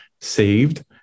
saved